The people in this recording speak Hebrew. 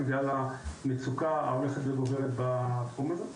בגלל המצוקה ההולכת וגוברת בתחום הזה.